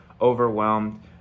overwhelmed